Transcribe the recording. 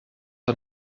een